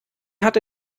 hatte